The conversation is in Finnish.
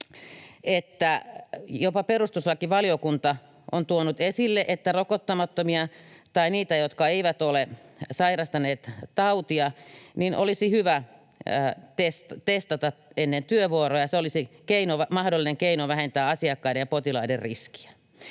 jopa perustuslakivaliokunta on tuonut esille, että rokottamattomia tai niitä, jotka eivät ole sairastaneet tautia, olisi hyvä testata ennen työvuoroja. Se olisi mahdollinen keino vähentää asiakkaiden ja potilaiden riskiä.